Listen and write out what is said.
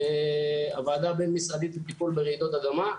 הוועדה הבין משרדית לטיפול ברעידות אדמה.